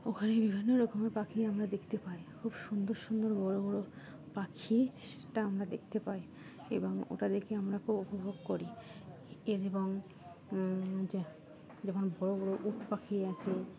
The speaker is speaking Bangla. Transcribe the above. ওখানে বিভিন্ন রকমের পাখি আমরা দেখতে পাই খুব সুন্দর সুন্দর বড়ো বড়ো পাখি সেটা আমরা দেখতে পাই এবং ওটা দেখে আমরা খুব উপভোগ করি এ এবং যেমন বড়ো বড়ো উট পাখি আছে